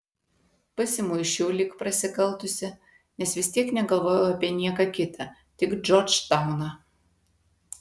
pasimuisčiau lyg prasikaltusi nes vis tiek negalvojau apie nieką kitą tik džordžtauną